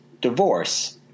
divorce